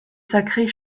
sacrée